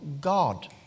God